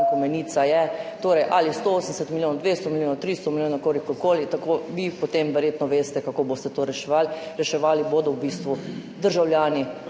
menica je, torej ali 180 milijonov, 200 milijonov, 300 milijonov, kolikorkoli. Vi potem verjetno veste, kako boste to reševali, reševali bodo v bistvu državljani